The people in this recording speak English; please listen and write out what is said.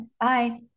Bye